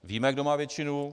Víme, kdo má většinu.